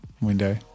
window